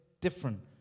different